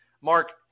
Mark